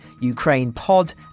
ukrainepod